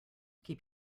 keep